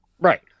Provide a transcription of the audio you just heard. right